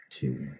two